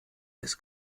des